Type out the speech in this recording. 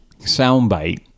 soundbite